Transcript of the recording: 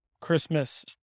Christmas